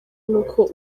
n’uko